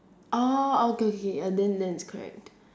orh okay okay okay then then it's correct